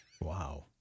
wow